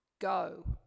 Go